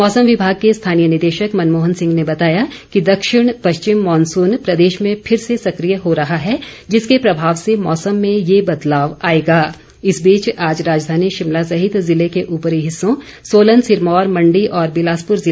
मौसम विमाग के स्थानीय निदेशक मनमोहन सिंह ने बताया कि दक्षिण पश्चिम मॉनसून प्रदेश में फिर से सकिय हो रहा है जिसके प्रभाव से मौसम में ये बदलाव इस बीच आज राजधानी शिमला सहित ज़िले के ऊपरी हिस्सों सोलन सिरमौर मंडी और बिलासपुर आएगा